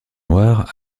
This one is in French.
noir